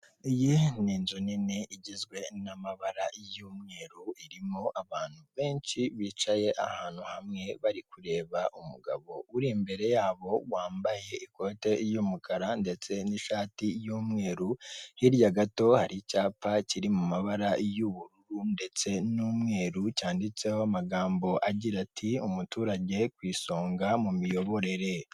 Iyi ni inzu nini igizwe n'amabara y'umweru, irimo abantu benshi bicaye ahantu hamwe, bari kureba umugabo uri imbere yabo, wambaye ikoti ry'umukara ndetse n'ishati y'umweru, hirya gato hari icyapa, kiri mu mabara y'ubururu ndetse n'umweru, cyanditse ho amagambo agira ati "umuturage ku isonga mu miyoborere"